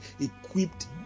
equipped